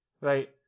right